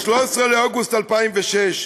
ב-13 באוגוסט 2006,